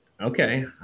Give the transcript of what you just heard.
Okay